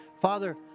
Father